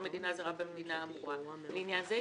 מדינה זרה במדינה האמורה; לעניין זה,